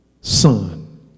son